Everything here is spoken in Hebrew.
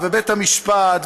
ובית המשפט,